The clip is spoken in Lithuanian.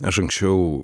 aš anksčiau